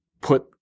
put